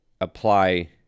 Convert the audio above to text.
apply